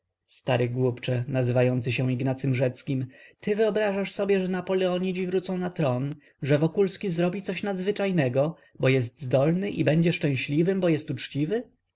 stary głupcze nazywający się ignacym rzeckim ty wyobrażasz sobie że napoleonidzi wrócą na tron że wokulski zrobi coś nadzwyczajnego bo jest zdolny i będzie szczęśliwym bo jest uczciwy